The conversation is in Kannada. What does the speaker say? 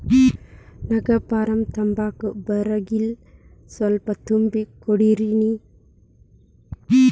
ನಂಗ ಫಾರಂ ತುಂಬಾಕ ಬರಂಗಿಲ್ರಿ ಸ್ವಲ್ಪ ತುಂಬಿ ಕೊಡ್ತಿರೇನ್ರಿ?